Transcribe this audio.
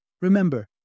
Remember